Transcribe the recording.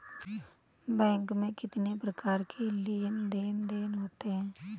Bank में कितनी प्रकार के लेन देन देन होते हैं?